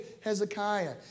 Hezekiah